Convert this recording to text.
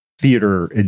theater